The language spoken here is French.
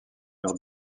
leurs